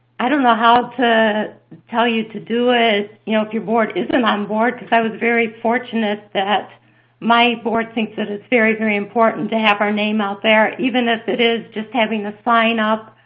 i don't know how to tell you to do it you know if your board isn't on board, because i was very fortunate that my board thinks that it's very, very important to have our name out there, even if it is just having the sign up.